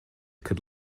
could